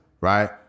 Right